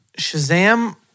Shazam